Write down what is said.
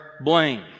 blame